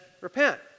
Repent